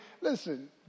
listen